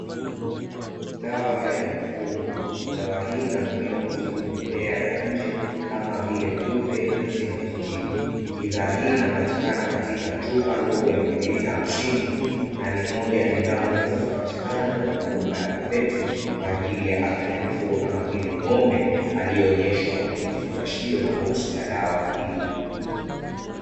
Dawa ya mifugo, dawa hii inatumika kutibu vimelea vya nje kama vile kupe nzi na utitiri, bidhaa hii inapatikana katika chupa ndogo ya mililita hamsini na ni moja ya bidhaa muhimu zinazopatikana kwenye maduka ya "agroveti" kwa ajili ya afya ya mifugo kama vile ng'ombe aliyeonyeshwa kwenye kifungashio na boksi la dawa hii.